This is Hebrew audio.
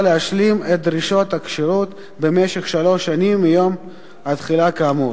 להשלים את דרישות הכשירות במשך שלוש שנים מיום התחילה כאמור.